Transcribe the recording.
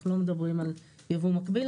אנחנו לא מדברים על יבוא מקביל,